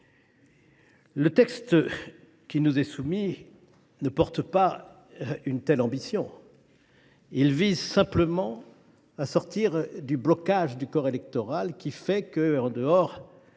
Le texte qui nous est soumis ne porte pas une telle ambition. Il vise simplement à sortir du blocage du corps électoral qui fait que, en dehors